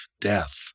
death